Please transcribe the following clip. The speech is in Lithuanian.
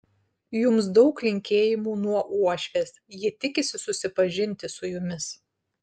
jums daug linkėjimų nuo uošvės ji tikisi susipažinti su jumis